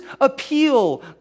appeal